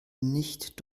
nicht